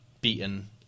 beaten